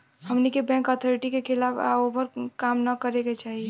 हमनी के bank authority के खिलाफ या ओभर काम न करे के चाही